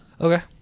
Okay